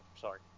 sorry